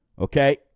okay